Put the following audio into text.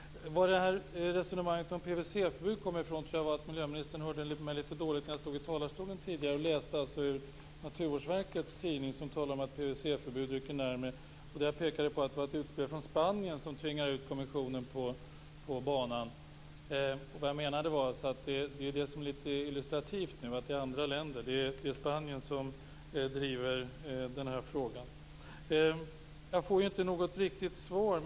Resonemanget om PVC-förbud tror jag kommer ifrån att miljöministern hörde mig litet dåligt när jag stod i talarstolen och läste ur Naturvårdsverkets tidning som talar om att PVC-förbud rycker närmare. Det jag pekade på var att det var ett utspel från Spanien som tvingade kommissionen ut på banan. Vad jag menade var att det är andra länder, och nu Spanien, som driver den här frågan, vilket är illustrativt. Jag får inte något riktigt svar.